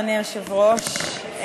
אדוני היושב-ראש,